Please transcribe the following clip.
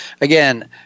Again